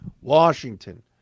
Washington